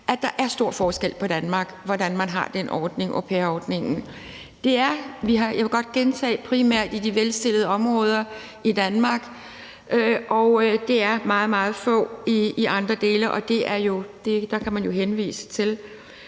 at der er stor forskel i Danmark på, hvor man har den her au pair-ordning. Jeg vil godt gentage, at det primært er i de velstillede områder i Danmark, og det er meget, meget få i andre dele, og der kan man jo henvise til